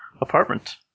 apartment